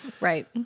Right